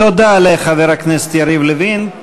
תודה לחבר הכנסת יריב לוין.